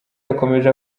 yakomeje